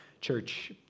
Church